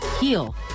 heal